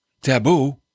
taboo